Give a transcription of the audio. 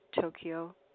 Tokyo